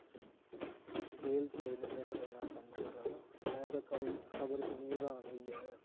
jail च ओह् इ'न्ने इ'न्ने खतरनाक कम्म करा दा में ते कल खबर सुनियै रहान होइया